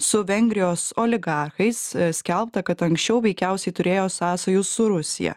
su vengrijos oligarchais skelbta kad anksčiau veikiausiai turėjo sąsajų su rusija